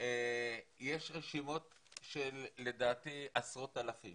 ולדעתי יש רשימות של עשרות אלפי